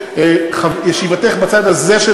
מגיע אליך?